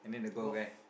golf